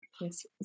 Yes